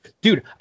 Dude